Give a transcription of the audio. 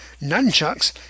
nunchucks